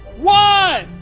one.